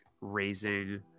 raising